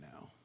now